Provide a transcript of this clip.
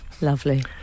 Lovely